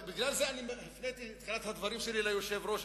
בגלל זה הפניתי את תחילת הדברים שלי ליושב-ראש.